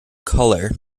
color